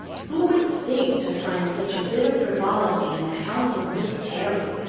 who would think to find such a bit of frivolity in the house of miss terry!